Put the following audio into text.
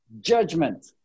Judgment